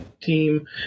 team